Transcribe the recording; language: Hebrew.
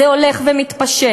זה הולך ומתפשט.